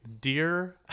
dear